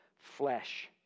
flesh